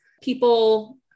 People